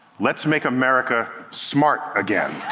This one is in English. let's make america smart again.